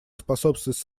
способствовать